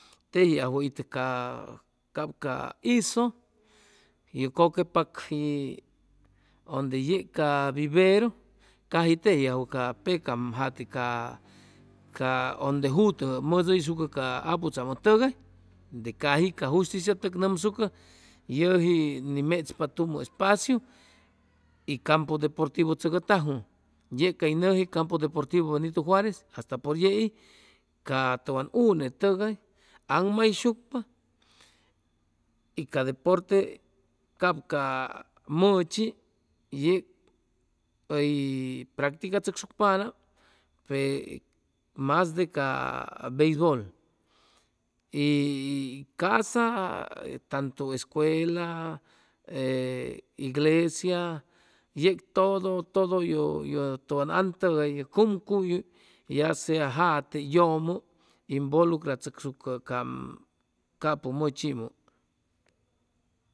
Tejiajwʉ itʉ ca cap ca hizʉ y kʉquepakji ʉnde yeg ca viveru caji teji ajwʉ ca pecam jate ca ca ʉnde jutʉ mʉdʉyshucʉ ca aputzamʉ tʉgay de caji ca justiciatug nʉmsucʉ yʉji ni mechpa tumʉ espaciu y campu deportivo chʉcʉtajwʉ yeg cay nʉji campo deportivo benito juarez hasta por yei ca tʉwan une tʉgay aŋmayshucpa y ca deporte cap ca mʉchi yeg hʉy practicachʉcsucpanam pe masde ca beisbol y ca'sa tantu escuela e iglesia yeg todo todo yʉ yʉ tʉwan antʉgay ye cumcuy ya sea jate yʉmʉ involucrachʉsucʉ capʉ mʉchimʉ